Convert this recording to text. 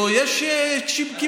או שיש קיבוצים,